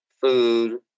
food